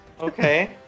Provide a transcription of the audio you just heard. Okay